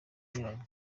inyuranye